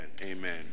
Amen